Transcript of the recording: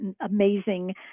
amazing